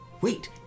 wait